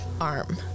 arm